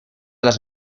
las